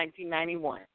1991